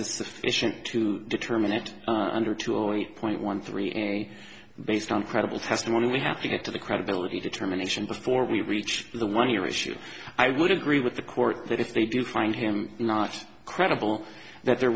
is sufficient to determine it under two and point one three a based on credible testimony we have to get to the credibility determination before we reach the one year issue i would agree with the court that if they do find him not credible that there